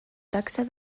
taxa